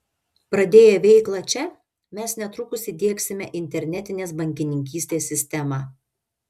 pradėję veiklą čia mes netrukus įdiegsime internetinės bankininkystės sistemą